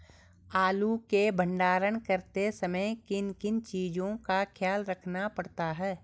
आलू के भंडारण करते समय किन किन चीज़ों का ख्याल रखना पड़ता है?